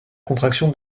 contraction